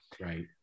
Right